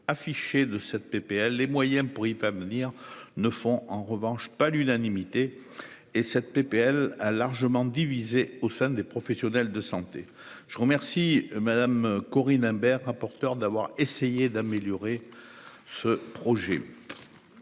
Affiché de cette PPL les moyens pour y parvenir ne font en revanche pas l'unanimité et cette PPL a largement divisé au sein des professionnels de santé. Je remercie. Corinne Imbert rapporteure d'abord essayer d'améliorer. Ce projet.